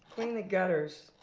clean the gutters.